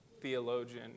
theologian